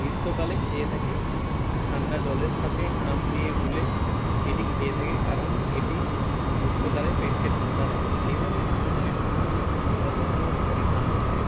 গ্রীষ্মকালে খেয়ে থাকে ঠান্ডা জলের সাথে আম দিয়ে গুলে এটি খেয়ে থাকে কারণ এটি গ্রীষ্মকালে পেটকে ঠান্ডা রাখে এইভাবে ঋতুগুলি পূর্ব মেদিনীপুর জেলার বসবাসকারী মানুষদের